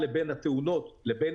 לב,